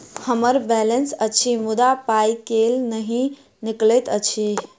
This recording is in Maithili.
हम्मर बैलेंस अछि मुदा पाई केल नहि निकलैत अछि?